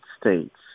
States